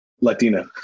Latina